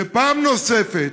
ופעם נוספת